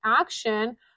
action